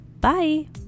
Bye